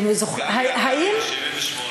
1978. "הללויה".